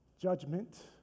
Judgment